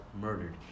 murdered